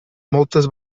moltes